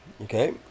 okay